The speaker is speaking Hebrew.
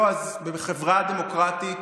לא, אז בחברה דמוקרטית